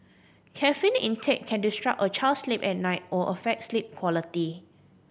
caffeine intake can disrupt a child's sleep at night or affect sleep quality